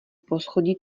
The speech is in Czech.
poschodí